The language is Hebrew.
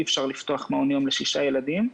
אי אפשר לפתוח מעון יום לשישה ילדים,